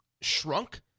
shrunk